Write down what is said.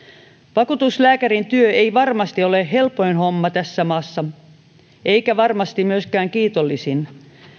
vakuutuslääkärin työ ei varmasti ole helpoin homma tässä maassa eikä varmasti myöskään kiitollisin